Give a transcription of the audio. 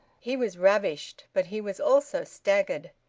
he was ravished, but he was also staggered.